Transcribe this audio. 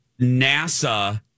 NASA